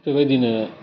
बेबायदिनो